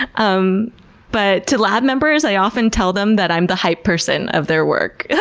um but to lab members i often tell them that i'm the hype person of their work. yeah